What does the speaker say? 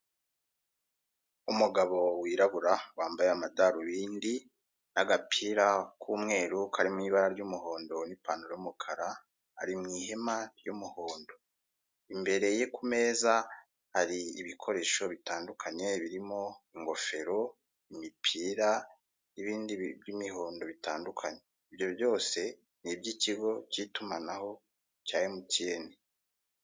Umugabo wirabura wambaye amadarubindi n'agapira k'umweru karimo ibara ry'umuhondo n'ipantaro y'umukara, ari mu ihema ry'umuhondo imbere ye ku meza hari ibikoresho bitandukanye birimo, ingofero, imipira, n'ibindi by'imihondo bitandukanye, ibyo byose ni iby'ikigo cy'itumanaho cya MTN.